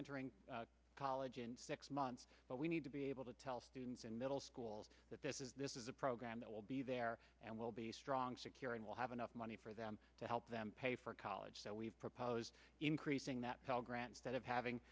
entering college in six months but we need to be able to tell students in middle school that this is this is a program that will be there and will be strong secure and will have enough money for them to help them pay for college so we've proposed increasing that cal grants that have having